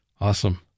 Awesome